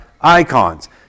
icons